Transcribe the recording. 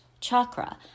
chakra